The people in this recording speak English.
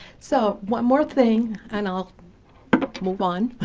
so, one more thing, and i'll move on.